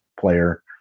player